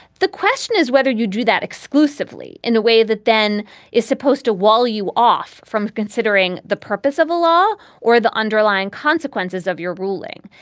the question is whether you do that exclusively in a way that then is supposed to wall you off from considering the purpose of the law or the underlying consequences of your ruling.